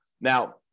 Now